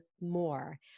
more